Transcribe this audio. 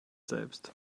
selbst